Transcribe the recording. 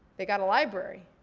they got a library.